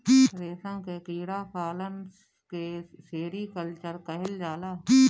रेशम के कीड़ा पालन के सेरीकल्चर कहल जाला